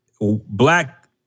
black